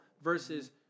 versus